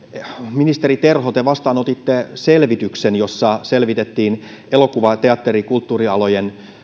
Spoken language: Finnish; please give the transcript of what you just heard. ministeri terho te vastaanotitte selvityksen jossa selvitettiin elokuva teatteri ja kulttuurialojen